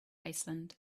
iceland